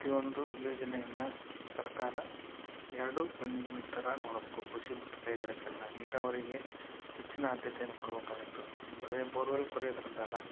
ಪ್ರತಿಯೊಂದು ಯೋಜನೆಯನ್ನು ಸರ್ಕಾರ ಎರಡು ಕಣ್ಣಿನ ಥರ ನೋಡಬೇಕು ಕೃಷಿ ಮತ್ತು ಕೈಗಾರಿಕೆಯನ್ನು ನೀರಾವರಿಗೆ ಹೆಚ್ಚಿನ ಆದ್ಯತೆಯನ್ನು ಕೊಡ್ಬೇಕಾಗತ್ತೆ ಬರಿ ಬೋರ್ವೆಲ್ ಕೊರಿಯೋದ್ರಿಂದ ಅಲ್ಲ